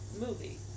movie